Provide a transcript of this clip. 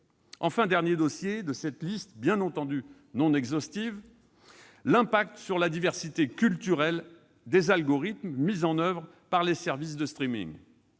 Enfin, le dernier dossier de cette liste, bien entendu non exhaustive, est l'impact sur la diversité culturelle des algorithmes mis en oeuvre par les services de.